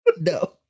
No